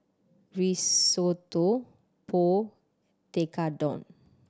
Risotto Pho Tekkadon